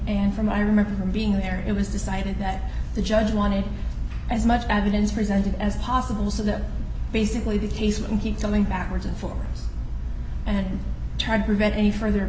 and from i remember being there it was decided that the judge wanted as much evidence presented as possible so that basically the case and keep telling backwards and forwards and try to prevent any further